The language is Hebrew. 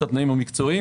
את התנאים המקצועיים.